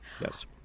Yes